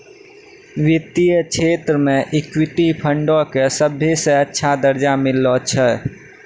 वित्तीय क्षेत्रो मे इक्विटी फंडो के सभ्भे से अच्छा दरजा मिललो छै